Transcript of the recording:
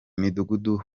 mudugudu